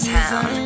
Town